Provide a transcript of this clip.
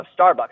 Starbucks